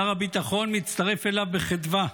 שר הביטחון מצטרף אליו בחדווה,